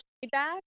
feedback